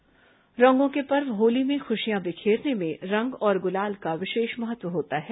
herbal गुलाल रंगों के पर्व होली में खुशियां बिखेरने में रंग और गुलाल का विशेष महत्व होता है